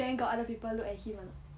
then got other people look at him or not